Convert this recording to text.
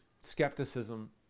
skepticism